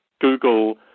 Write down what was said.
Google